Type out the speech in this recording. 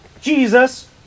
Jesus